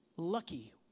Lucky